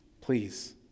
Please